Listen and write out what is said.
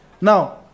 Now